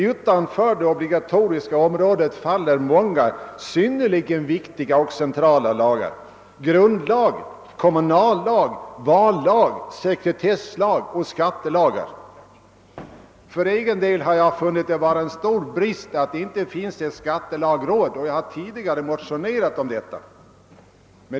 Utanför det obligatoriska om rådet faller många synnerligen viktiga och centrala lagar: grundlagar, kommunallag, vallag, sekretesslag och skattelagar. För egen del har jag funnit det vara en stor brist att det inte finns ett skattelagråd, och jag har tidigare motionerat om detta.